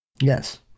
yes